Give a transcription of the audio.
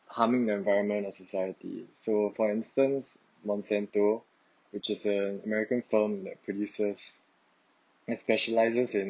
harming environment and society so for instance monsanto which is a american farm that produces that specializes in